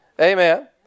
Amen